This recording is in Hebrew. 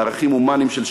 לערכים הומניים של שוויון,